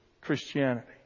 Christianity